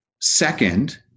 Second